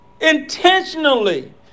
intentionally